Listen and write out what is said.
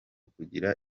kugira